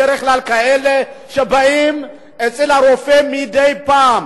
הם בדרך כלל כאלה שבאים אל הרופא מדי פעם